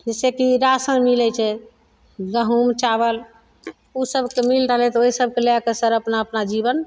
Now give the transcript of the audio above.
जैसे कि राशन मिलय छै गहुँम चावल उ सबके मिल रहलय तऽ ओइ सबके लएके सब अपना अपना जीवन